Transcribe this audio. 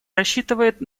рассчитывает